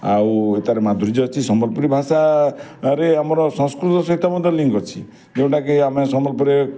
ଆଉ ଏଇଟାରେ ମାଧୁର୍ଯ୍ୟ ଅଛି ସମ୍ବଲପୁରୀ ଭାଷାରେ ଆମର ସଂସ୍କୃତ ସହିତ ମଧ୍ୟ ଲିଙ୍କ୍ ଅଛି ଯେଉଁଟାକି ଆମେ ସମ୍ବଲପୁରୀ